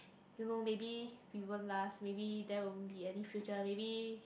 you know maybe we won't last maybe there won't be any future maybe